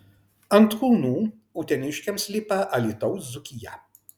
ant kulnų uteniškiams lipa alytaus dzūkija